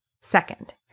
second